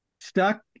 Stuck